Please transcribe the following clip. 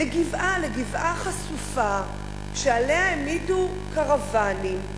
לגבעה, לגבעה חשופה, שעליה העמידו קרוונים.